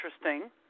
interesting